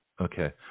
Okay